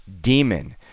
Demon